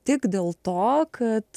tik dėl to kad